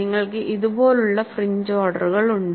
നിങ്ങൾക്ക് ഇതുപോലുള്ള ഫ്രിഞ്ച് ഓർഡറുകളുണ്ട്